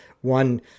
one